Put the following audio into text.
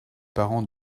parents